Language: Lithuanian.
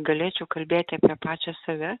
galėčiau kalbėti apie pačią save